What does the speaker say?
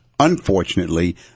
unfortunately